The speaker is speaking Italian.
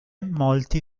molti